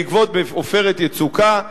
בעקבות "עופרת יצוקה",